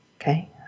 Okay